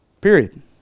Period